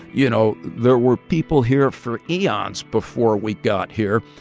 you know, there were people here for eons before we got here,